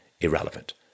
irrelevant